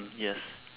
yes